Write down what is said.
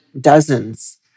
dozens